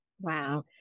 Wow